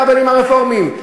הרבנים הרפורמים?